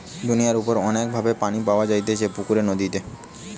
দুনিয়ার উপর অনেক ভাবে পানি পাওয়া যাইতেছে পুকুরে, নদীতে